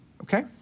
okay